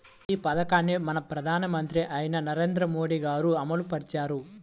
ఈ పథకాన్ని మన ప్రధానమంత్రి అయిన నరేంద్ర మోదీ గారు అమలు పరిచారు